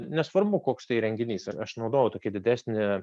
nesvarbu koks tai įrenginys ir aš naudojau tokį didesnį